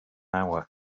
hour